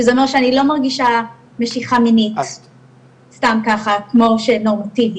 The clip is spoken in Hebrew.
שזה אומר שאני לא מרגישה משיכה מינית סתם ככה כמו שנורמטיבי,